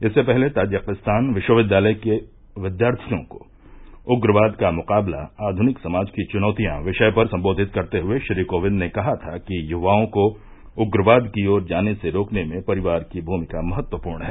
इससे पहले ताजिकिस्तान विश्वविद्यालय के विद्यार्थियों को उग्रवाद का मुकाबला आधनिक समाज की चुनौतियां विषय पर सम्बोधित करते हुए श्री कोविंद ने कहा था कि युवाओं को उग्रवाद की ओर जाने से रोकने में परिवार की भूमिका महत्वपूर्ण है